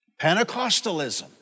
Pentecostalism